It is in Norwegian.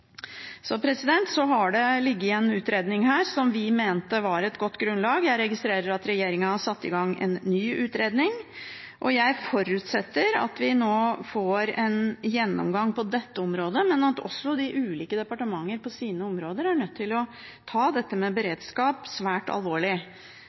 Så har det foreligget en utredning som vi mente var et godt grunnlag. Jeg registrerer at regjeringen har satt i gang en ny utredning. Jeg forutsetter at vi nå får en gjennomgang på dette området, men også de ulike departementer på sine områder er nødt til å ta